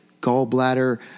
gallbladder